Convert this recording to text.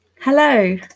Hello